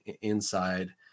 inside